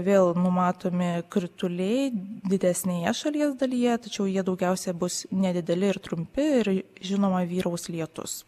vėl numatomi krituliai didesnėje šalies dalyje tačiau jie daugiausia bus nedideli ir trumpi ir žinoma vyraus lietus